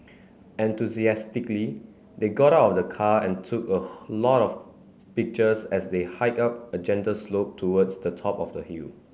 enthusiastically they got out of the car and took a lot of pictures as they hiked up a gentle slope towards the top of the hill